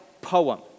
poem